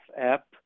app